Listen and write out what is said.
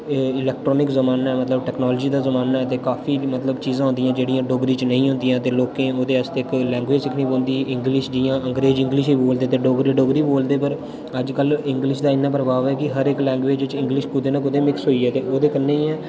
एह् इलैक्ट्रॉनिक जमाना ऐ मतलब टेक्नोलॉजी दा जमाना ऐ ते काफी मतलब चीज़ा होंदियां जेह्ड़ियां डोगरी च नेई़ं होंदियां ते लोकें ओह्दे आस्तै कोई लैंग्वेज़ सिक्खनी पौंदी ते इंग्लिश जि'यां अंग्रेज़ इंग्लिश बोलदे ते डोगरे डोगरी बोलदे पर अज्जकल इंग्लिश दा इ'न्ना प्रभाव ऐ कि हर इक लैंग्वेज़ च इंग्लिश कुदै ना कुदै मिक्स होई ऐ ते ओह्दे कन्नै गै